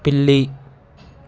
పిల్లి